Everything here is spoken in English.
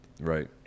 right